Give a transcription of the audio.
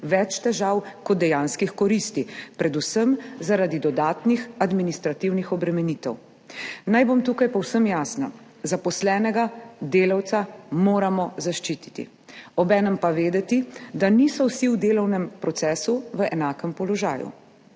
več težav kot dejanskih koristi, predvsem zaradi dodatnih administrativnih obremenitev. Naj bom tukaj povsem jasna, zaposlenega delavca moramo zaščititi, obenem pa vedeti, da niso vsi v delovnem procesu v enakem položaju.